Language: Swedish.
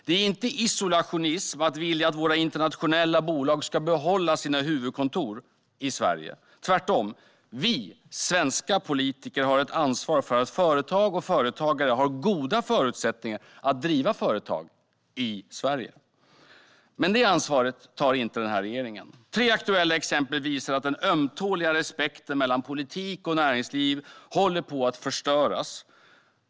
Det är inte isolationism att vilja att våra internationella bolag ska behålla sina huvudkontor i Sverige - tvärtom. Vi, svenska politiker, har ett ansvar för att företag och företagare har goda förutsättningar att driva företag - i Sverige. Det ansvaret tar dock inte regeringen. Tre aktuella exempel visar att den ömtåliga respekten mellan politik och näringsliv håller på att förstöras.